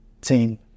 team